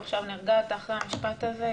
עכשיו נרגעת אחרי המשפט הזה?